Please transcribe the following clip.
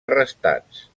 arrestats